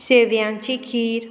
सेव्यांची खीर